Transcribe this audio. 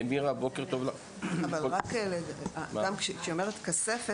גם כשהיא אומרת "כספת",